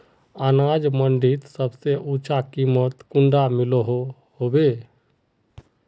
अनाज मंडीत सबसे ऊँचा कीमत कुंडा मिलोहो होबे?